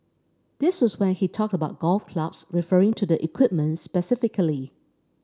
this was when he talked about golf clubs referring to the equipment specifically